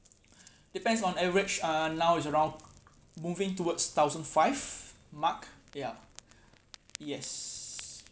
depends on average uh now is around moving towards thousand five mark ya yes